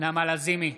נעמה לזימי,